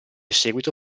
seguito